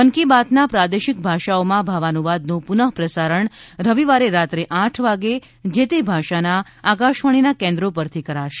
મન કી બાતના પ્રાદેશિક ભાષાઓમાં ભાવાનુવાદનું પુનઃ પ્રસારણ રવિવારે રાત્રે આઠ વાગે જે તે ભાષાના આકાશવાણીના કેન્દ્રો પરથી કરાશે